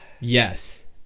Yes